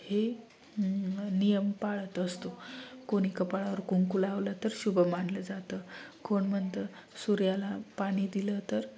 हे नियम पाळत असतो कोणी कपाळावर कुंकू लावलं तर शुभ मानलं जातं कोण म्हणतं सूर्याला पाणी दिलं तर